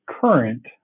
current